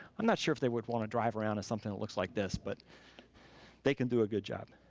i'm not sure if they would wanna drive around in something that looks like this, but they can do a good job.